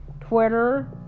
Twitter